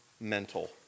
mental